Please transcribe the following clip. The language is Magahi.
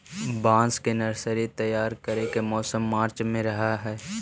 बांस के नर्सरी तैयार करे के मौसम मार्च में रहऽ हई